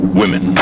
women